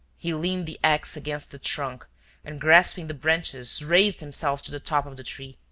he leaned the axe against the trunk and, grasping the branches, raised himself to the top of the tree.